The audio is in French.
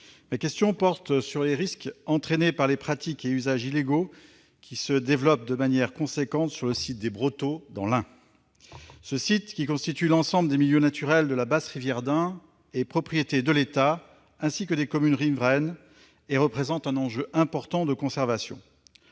Ma question porte sur les risques engendrés par les pratiques et usages illégaux qui se développent, de manière importante, sur le site des Brotteaux dans le département de l'Ain. Ce site, constituant l'ensemble des milieux naturels de la basse rivière d'Ain, est propriété de l'État ainsi que des communes riveraines. Il représente un enjeu important en termes de conservation.